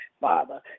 Father